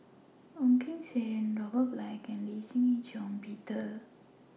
Ong Keng Sen Robert Black and Lee Shih Shiong Peter